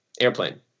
airplane